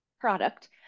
product